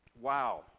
Wow